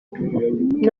knowledge